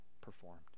performed